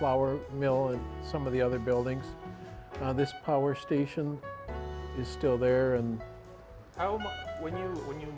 flour mill and some of the other buildings on this power station is still there and when you